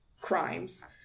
crimes